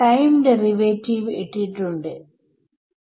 ടൈമിൽ നമുക്ക് വേവിനെ കിട്ടുമോ അതാണ് ചോദ്യം